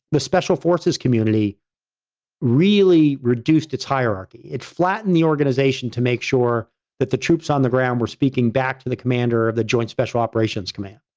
the special forces community really reduced its hierarchy. it flattened the organization to make sure that the troops on the ground we're speaking back to the commander of the joint special operations command.